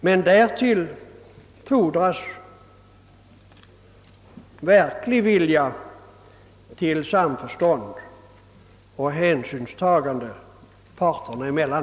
Men därtill fordras verklig vilja till samförstånd och hänsynstagande parterna emellan.